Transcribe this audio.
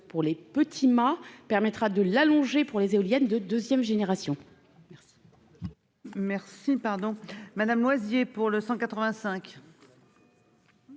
pour les petits mâts, permettra de l'allonger pour les éoliennes de deuxième génération.